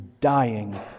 dying